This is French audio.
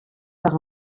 par